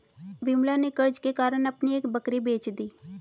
विमला ने कर्ज के कारण अपनी एक बकरी बेच दी